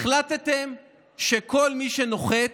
החלטתם שכל מי שנוחת,